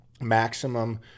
maximum